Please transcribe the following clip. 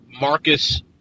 Marcus